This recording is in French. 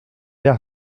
belle